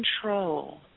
control